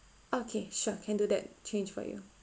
okay sure can do that change for you